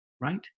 right